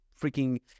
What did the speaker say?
freaking